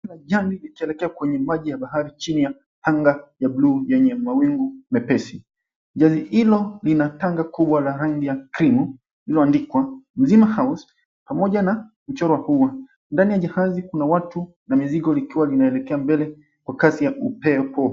Jahazi likielekea kwenye bahari chini ya anga ya bluu yenye mawingu mepesi. Jahazi hilo lina tanga kubwa la rangi ya krimu lililoandikwa, Mzima House pamoja na mchoro wa ua. Ndani ya jahazi kuna watu na mizigo ikiwa inaelekea mbele kwa kasi ya upepo.